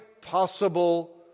possible